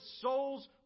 souls